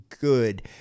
good